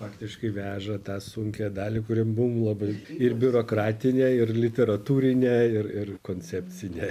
faktiškai veža tą sunkią dalį kurią buvom labai ir biurokratinę ir literatūrinę ir ir koncepcinę